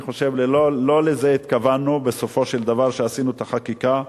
אני חושב שלא לזה התכוונו בסופו של דבר כשעשינו את החקיקה.